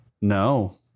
No